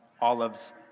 olives